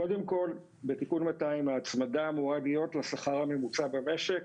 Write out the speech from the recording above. קודם כול בתיקון 200 ההצמדה אמורה להיות לשכר הממוצע במשק,